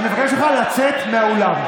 אני מבקש ממך לצאת מהאולם.